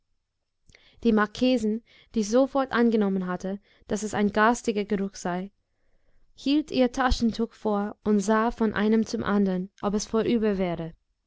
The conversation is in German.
die marchesin die sofort angenommen hatte daß es ein garstiger geruch sei hielt ihr taschentuch vor und sah von einem zum andern ob es vorüber wäre